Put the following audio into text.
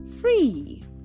free